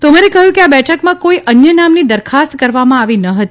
તોમરે કહ્યું કે આ બેઠકમાં કોઇ અન્ય નામની દરખાસ્ત કરવામાં આવી ન હતી